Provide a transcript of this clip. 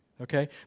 okay